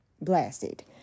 blasted